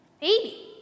baby